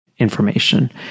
information